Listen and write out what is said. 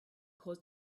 cause